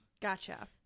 Gotcha